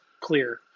clear